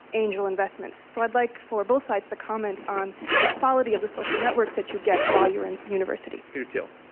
angel investments. so i'd like for both sides to comment on the quality of the social networks that you get while you're in university. peter thiel.